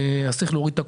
אז צריך להוריד את הכובע.